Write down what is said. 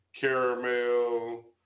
caramel